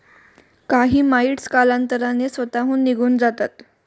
काही माइटस कालांतराने स्वतःहून निघून जातात